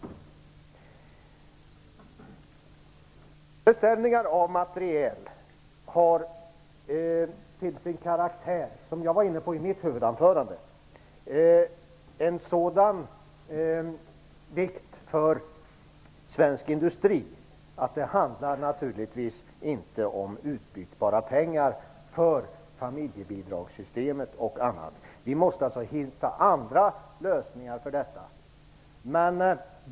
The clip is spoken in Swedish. Beställningar av materiel har till karaktär, som jag var inne på i mitt huvudanförande, en sådan vikt för svensk industri att det naturligtvis inte handlar om utbytbara pengar för familjebidragssystemet och annat. Vi måste hitta andra lösningar för detta.